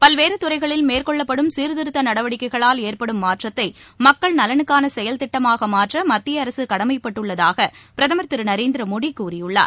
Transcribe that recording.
பல்வேறுதுறைகளில் மேற்கொள்ளப்படும் சீர்த்திருத்தநடவடிக்கைகளால் ஏற்படும் மாற்றத்தை மக்கள் நலனுக்கானசெயல்திட்டமாகமாற்றமத்தியஅரசுகடமைப்பட்டுள்ளதாகபிரதமர் திருநரேந்திரமோடகூறியுள்ளார்